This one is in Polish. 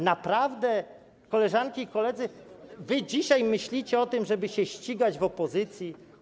Naprawdę, koleżanki i koledzy, wy dzisiaj myślicie o tym, żeby się ścigać w opozycji?